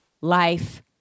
life